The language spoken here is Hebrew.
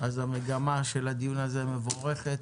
המגמה של הדיון הזה מבורכת.